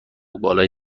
بالای